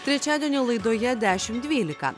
trečiadienio laidoje dešim dvylika